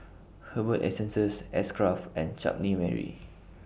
Herbal Essences X Craft and Chutney Mary